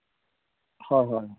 ᱦᱳᱭ ᱦᱳᱭ